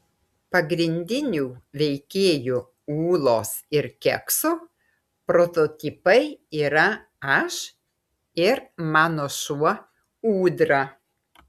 pagrindinių veikėjų ūlos ir kekso prototipai yra aš ir mano šuo ūdra